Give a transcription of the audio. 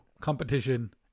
competition